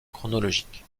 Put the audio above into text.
chronologique